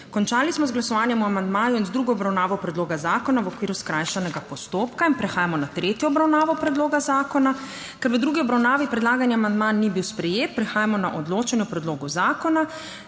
Končali smo z glasovanjem o amandmaju in z drugo obravnavo predloga zakona v okviru skrajšanega postopka. Prehajamo na tretjo obravnavo predloga zakona. Ker v drugi obravnavi predlagani amandma ni bil sprejet, prehajamo na odločanje o predlogu zakona.